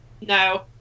No